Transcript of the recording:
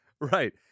Right